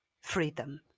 freedom